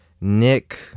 Nick